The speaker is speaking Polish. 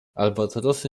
albatrosy